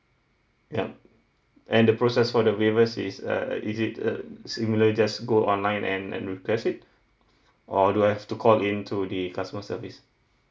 yup and the process for the waiver is uh uh is it uh similar just go online and and request it or do I have to call in to the customer service